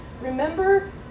remember